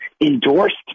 endorsed